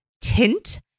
tint